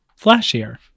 flashier